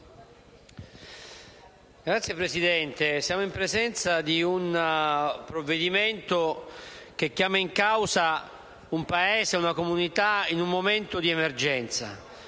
Signora Presidente, siamo in presenza di un provvedimento che chiama in causa un Paese ed una comunità, in un momento di emergenza